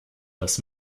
das